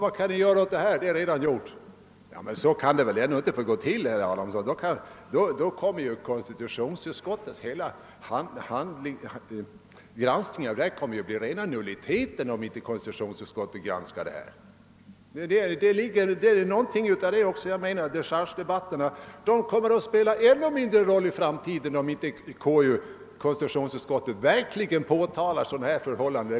Allt detta är redan gjort — vad kan ni göra åt det?» — Så kan det väl ändå inte få gå till, herr Adamsson? Om konstitutionsutskottet inte får ta upp sådana saker kommer ju konstitutionsutskottets granskning att bli rena nulliteten. Dechargedebatterna kommer att spela ännu mindre roll i framtiden. Vi tycker att det finns anledning att göra det.